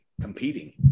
competing